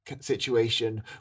situation